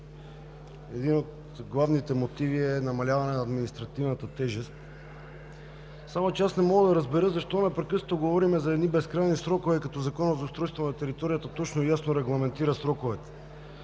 един от главните мотиви е намаляване на административната тежест. Само че аз не мога да разбера защо непрекъснато говорим за едни безкрайни срокове, като Законът за устройство на територията точно и ясно регламентира сроковете,